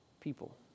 people